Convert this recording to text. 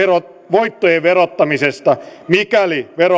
voittojen verottamisesta mikäli verovelvollinen siirtää kirjansa